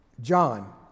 John